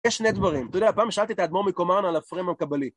יש שני דברים. אתה יודע, הפעם שאלתי את האדמור מקומאן על הפרימה מקבלי.